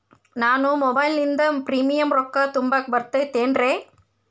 ನಾನು ಮೊಬೈಲಿನಿಂದ್ ಪ್ರೇಮಿಯಂ ರೊಕ್ಕಾ ತುಂಬಾಕ್ ಬರತೈತೇನ್ರೇ?